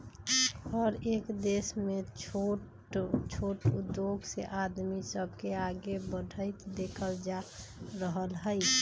हरएक देश में छोट छोट उद्धोग से आदमी सब के आगे बढ़ईत देखल जा रहल हई